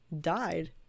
died